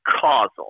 causal